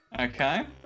okay